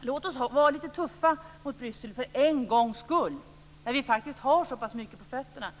Låt oss vara lite tuffa mot Bryssel för en gångs skull när vi faktiskt har så pass mycket på fötterna!